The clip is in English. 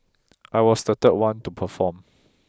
I was the third one to perform